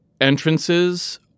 entrances